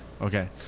Okay